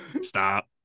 stop